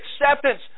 acceptance